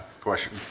question